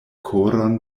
koron